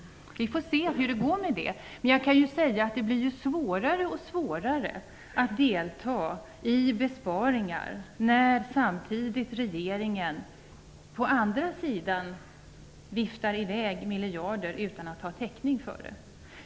Vi får se hur det går med detta. Men jag kan säga att det blir svårare och svårare att delta i besparingar när regeringen samtidigt viftar i i väg miljarder utan att ha täckning för det.